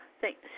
Thanks